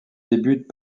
débutent